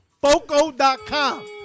foco.com